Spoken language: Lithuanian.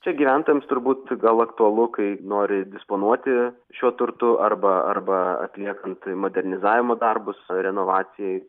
čia gyventojams turbūt gal aktualu kai nori disponuoti šiuo turtu arba arba atliekant modernizavimo darbus renovacijai